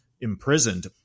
imprisoned